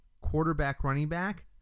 quarterback-running-back